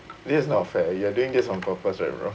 this is not fair you are doing this on purpose right bro